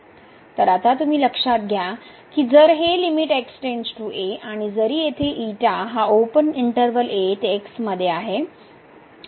तर आता तुम्ही लक्षात घ्या की जर हे लिमिट आणि जरी येथे हा ओपन इंटर्वल ते x मध्ये आहे